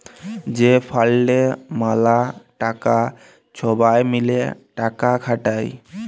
যে ফাল্ডে ম্যালা টাকা ছবাই মিলে টাকা খাটায়